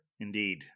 Indeed